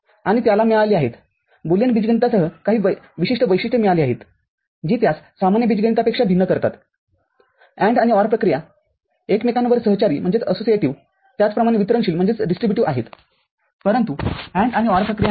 आणि त्याला मिळाली आहेत बुलियन बीजगणितास काही विशिष्ट वैशिष्ट्ये मिळाली आहेत जी त्यास सामान्य बीजगणितापेक्षा भिन्न करतात AND आणि OR प्रक्रिया एकमेकांवर सहचारीत्याचप्रमाणे वितरणशीलआहेतपरंतु AND आणि OR प्रक्रिया नाहीत